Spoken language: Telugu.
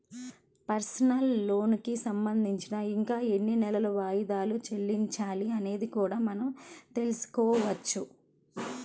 పర్సనల్ లోనుకి సంబంధించి ఇంకా ఎన్ని నెలలు వాయిదాలు చెల్లించాలి అనేది కూడా మనం తెల్సుకోవచ్చు